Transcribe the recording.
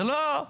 זה לא,